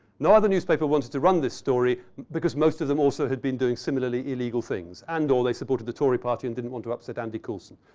no other newspaper wanted to run this story because most of them also had been doing similarly illegal things, and or they supported the tory party and didn't want to upset and coulson.